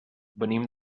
venim